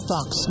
Fox